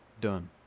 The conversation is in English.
Done